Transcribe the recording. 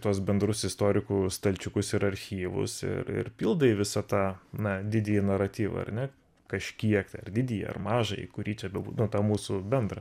tuos bendrus istorikų stalčiukus ir archyvus ir ir pildai visą tą na didįjį naratyvą ar ne kažkiek tai ar didįjį ar mažąjį kurį čia nu tą mūsų bendrą